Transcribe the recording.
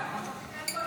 ההצעה.